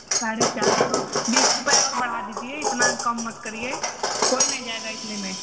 साढ़े चार सौ बीस रुपये और बढ़ा दीजिए इतना कम मत करिए कोई नहीं जाएगा इतने में